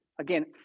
again